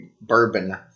bourbon